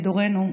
בדורנו,